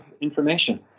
information